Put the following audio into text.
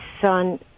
son